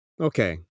okay